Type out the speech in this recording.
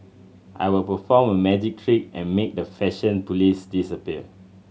I will perform a magic trick and make the fashion police disappear